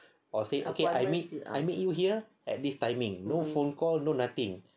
or say okay I meet I meet you here at this timing no phone call no nothing